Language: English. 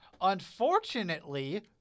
unfortunately